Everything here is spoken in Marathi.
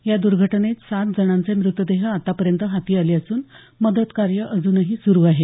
या दुर्घटनेत सात जणांचे म़तदेह आतापर्यंत हाती आले असून मदत कार्य अजूनही सुरू आहे